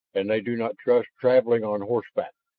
and they do not trust traveling on horseback.